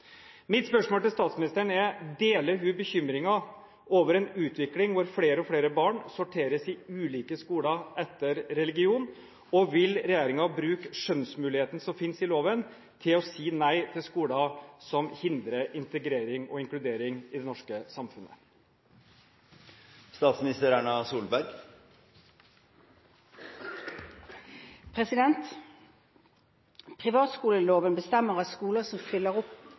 Mitt spørsmål til statsministeren er: Deler hun bekymringen over en utvikling hvor flere og flere barn sorteres i ulike skoler etter religion, og vil regjeringen bruke skjønnsmuligheten som finnes i loven til å si nei til skoler som hindrer integrering og inkludering i det norske samfunnet? Privatskoleloven bestemmer at skoler som